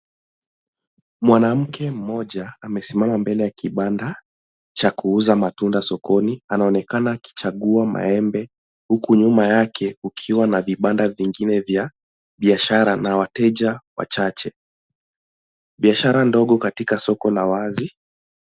Mwanamke mmoja amesimama mbele ya kibanda cha kuuza matunda sokoni. Anaonekana akichagua maembe huku nyuma yake kukiwa na vibanda vingine vya biashara na wateja wachache. Biashara ndogo katika soko la wazi.